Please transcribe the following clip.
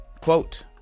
quote